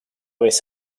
vez